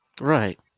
Right